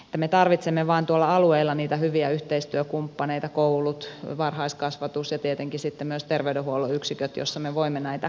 me tarvitsemme vain tuolla alueilla niitä hyviä yhteistyökumppaneita kouluja varhaiskasvatusta ja tietenkin sitten myös terveydenhuollon yksiköitä joissa me voimme näitä tavoitteita edistää